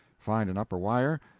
find an upper wire,